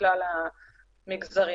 מכלל המגזרים.